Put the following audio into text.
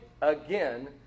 again